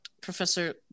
professor